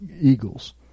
eagles